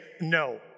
no